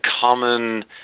common